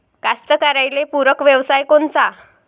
कास्तकाराइले पूरक व्यवसाय कोनचा?